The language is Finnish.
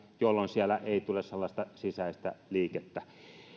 jolloin siellä ei tule sellaista sisäistä liikettä